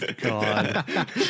God